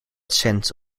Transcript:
sense